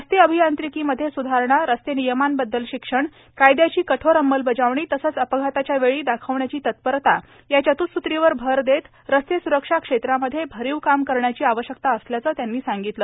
रस्ते अभियांत्रिकीमध्ये सुधारणा रस्ते नियमांबद्दल शिक्षण कायदयाची कठोर अंमलबजावणी तसेच अपघाताच्या वेळी दाखवण्याची तत्परता या चत्ःसुत्रीवर भर देत रस्ते सुरक्षा या क्षेत्रामध्ये भरीव काम करण्याची आवश्यकता असल्याचं त्यांनी सांगितलं